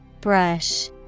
Brush